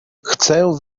chcę